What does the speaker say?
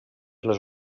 les